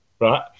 right